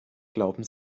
glauben